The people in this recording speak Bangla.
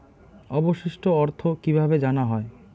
অবশিষ্ট অর্থ কিভাবে জানা হয়?